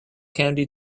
candy